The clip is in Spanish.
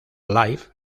life